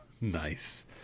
Nice